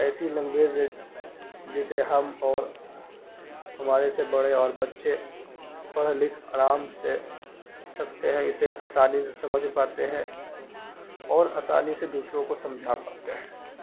ایسی لنگویج جسے ہم اور ہمارے سے بڑے اور بچے پڑھ لکھ ارام سے سکتے ہیں اسے اسانی سے سمجھ پاتے ہیں اور اسانی سے دوسروں کو سمجھا پاتے ہیں